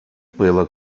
пила